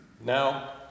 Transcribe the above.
Now